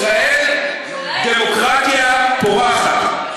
ישראל, דמוקרטיה פורחת.